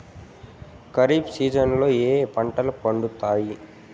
ఖరీఫ్ సీజన్లలో ఏ ఏ పంటలు పండుతాయి